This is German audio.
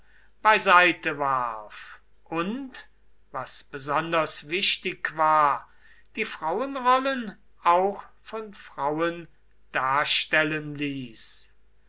beiseite warf und was besonders wichtig war die frauenrollen auch von frauen darstellen ließ